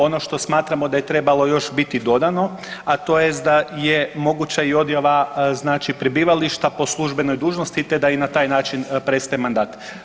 Ono što smatramo da je trebalo još biti dodano a to jest da je moguća i odjava znači prebivališta po službenoj dužnosti te da i na taj način prestaje mandat.